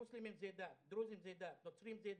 מוסלמים זה עדה, דרוזים זה עדה, נוצרים זה עדה.